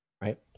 right